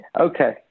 Okay